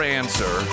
answer